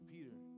Peter